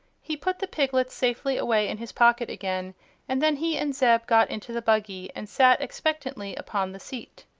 he put the piglets safely away in his pocket again and then he and zeb got into the buggy and sat expectantly upon the seat.